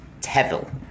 Tevil